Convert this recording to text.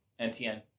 NTN